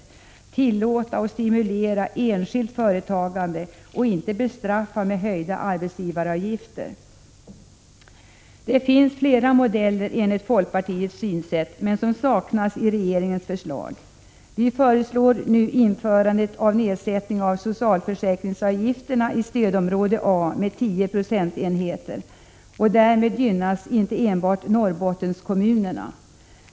Vi måste tillåta och stimulera enskilt företagande och inte bestraffa med höjda arbetsgivaravgifter. Det finns enligt folkpartiets synsätt flera modeller, men sådana saknas i regeringens förslag. Vi föreslår nu att man sätter ned socialförsäkringsavgifterna i stödområde A med 10 procentenheter. Därmed gynnas inte enbart Norrbottenskommunerna.